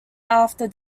after